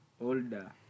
older